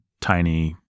tiny